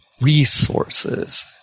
Resources